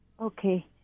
Okay